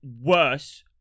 worse